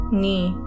knee